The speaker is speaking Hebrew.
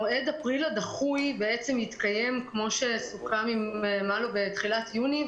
מועד אפריל הדחוי יתקיים כמו שסוכם עמנו בתחילת יוני.